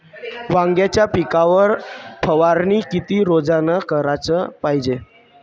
वांग्याच्या पिकावर फवारनी किती रोजानं कराच पायजे?